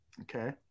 Okay